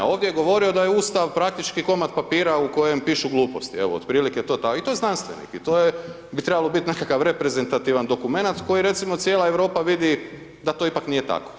Ovdje je govorio da je Ustav praktički komad papira u kojem pišu gluposti, evo, otprilike to tako, i to je znanstvenik i to bi trebalo biti nekakav reprezentativni dokumenat koji recimo cijela Europa vidi da to ipak nije tako.